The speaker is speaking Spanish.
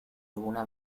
alguna